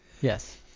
Yes